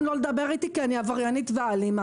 לא לדבר איתי כי אני עבריינית ואלימה.